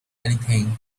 anything